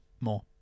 More